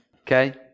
Okay